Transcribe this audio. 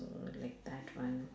uh like that one